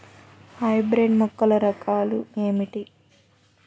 Hybrid మొక్కల రకాలు ఏమిటీ?